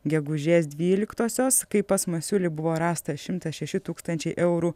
gegužės dvyliktosios kai pas masiulį buvo rasta šimtas šeši tūkstančiai eurų